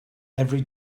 every